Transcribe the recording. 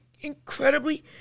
incredibly